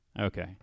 Okay